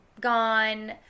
gone